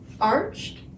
arched